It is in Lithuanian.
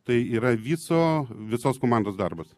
tai yra viso visos komandos darbas